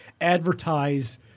advertise